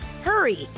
Hurry